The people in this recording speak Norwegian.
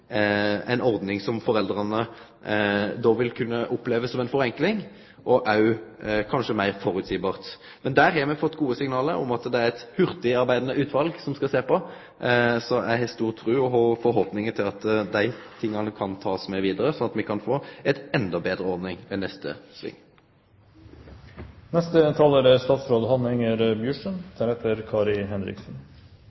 ein bør vurdere å gjere om omsorgsløn, pleiepengar og auka hjelpestønad til éin stønad, ei ordning som foreldra vil kunne oppleve som ei forenkling og òg kanskje meir føreseieleg. Men det har me fått gode signal om at det er eit hurtigarbeidande utval som skal sjå på, så eg har stor tru på og store forhåpningar om at dei tinga kan takast med vidare, slik at me kan få ei endå betre ordning ved neste